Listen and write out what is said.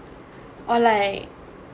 or like